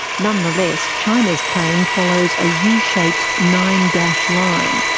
nonetheless, china's claim follows a yeah u-shaped nine dash line,